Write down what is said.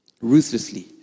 Ruthlessly